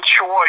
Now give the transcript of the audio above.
choice